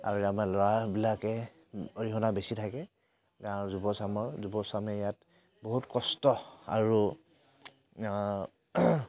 আৰু আমাৰ ল'ৰাবিলাকে অৰিহণা বেছি থাকে গাঁৱৰ যুৱচামৰ যুৱচামে ইয়াত বহুত কষ্ট আৰু